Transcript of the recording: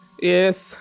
Yes